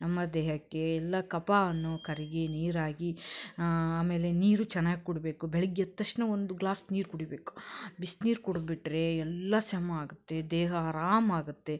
ನಮ್ಮ ದೇಹಕ್ಕೆ ಎಲ್ಲ ಕಫನೂ ಕರಗಿ ನೀರಾಗಿ ಆಮೇಲೆ ನೀರು ಚೆನ್ನಾಗಿ ಕುಡೀಬೇಕು ಬೆಳಿಗ್ ಎದ್ದ ತಕ್ಷಣ ಒಂದು ಗ್ಲಾಸ್ ನೀರು ಕುಡಿಯಬೇಕು ಬಿಸ್ನೀರು ಕುಡ್ದ್ ಬಿಟ್ಟರೆ ಎಲ್ಲ ಶಮನ ಆಗುತ್ತೆ ದೇಹ ಅರಾಮಾಗುತ್ತೆ